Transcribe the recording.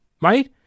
right